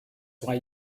why